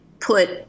put